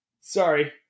sorry